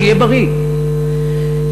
שיהיה בריא,